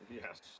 Yes